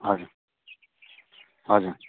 हजुर हजुर